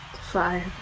Five